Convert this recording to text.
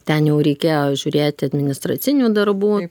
ten jau reikėjo žiūrėti administracinių darbų